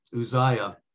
Uzziah